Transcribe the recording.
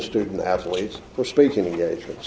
student athletes were speaking engagements